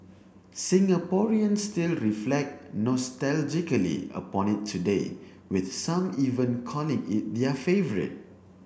Singaporeans still reflect nostalgically upon it today with some even calling it their favourite